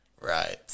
right